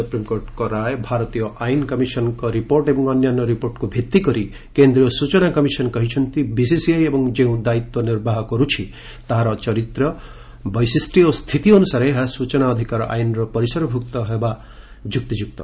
ସୁପ୍ରିମ୍କୋର୍ଟଙ୍କ ରାୟ ଭାରତୀୟ ଆଇନ କମିଶନ୍ଙ୍କ ରିପୋର୍ଟ ଏବଂ ଅନ୍ୟାନ୍ୟ ରିପୋର୍ଟକୁ ଭିଭିକରି କେନ୍ଦ୍ରୀୟ ସ୍ଚନା କମିଶନ୍ କହିଛନ୍ତି ବିସିସିଆଇ ଏବେ ଯେଉଁ ଦାୟିତ୍ୱ ନିର୍ବାହ କରୁଛି ତାହାର ଚରିତ୍ର ବୈଶିଷ୍ୟ ଓ ସ୍ଥିତି ଅନୁସାରେ ଏହା ସୂଚନା ଅଧିକାର ଆଇନର ପରିସରଭୁକ୍ତ ହେବା ଯୁକ୍ତିଯୁକ୍ତ